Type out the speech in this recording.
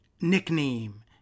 nickname